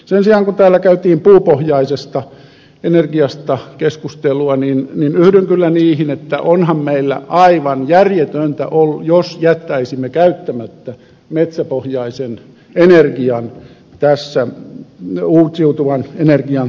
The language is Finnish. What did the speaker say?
sen sijaan kun täällä käytiin puupohjaisesta energiasta keskustelua niin yhdyn kyllä niihin että onhan aivan järjetöntä jos jättäisimme käyttämättä metsäpohjaisen energian tässä uusiutuvan energian tuotannossa